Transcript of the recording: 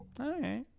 Okay